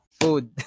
food